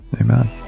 Amen